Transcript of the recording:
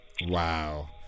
Wow